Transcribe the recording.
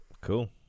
cool